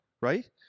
Right